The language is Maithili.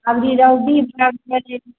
अभी रौदी भऽ गेलै